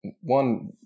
One